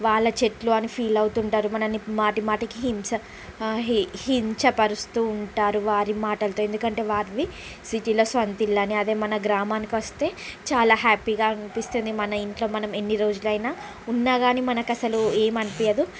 వాళ్ళ చెట్లు అని ఫీల్ అవుతుంటారు మనల్ని మాటిమాటికి హింస కించపరుస్తూ ఉంటారు వారి మాటలతో ఎందుకంటే వారివి సిటీలో సొంతిల్లు అని అదే మన గ్రామానికొస్తే చాలా హ్యాపీగా అనిపిస్తుంది మన ఇంట్లో మనం ఎన్ని రోజులైనా ఉన్నా కానీ మనకసలు ఏమనిపియ్యదు